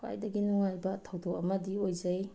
ꯈ꯭ꯋꯥꯏꯗꯒꯤ ꯅꯨꯡꯉꯥꯏꯕ ꯊꯧꯗꯣꯛ ꯑꯃꯗꯤ ꯑꯣꯏꯖꯩ